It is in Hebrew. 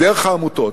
דרך העמותות.